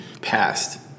passed